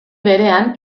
berean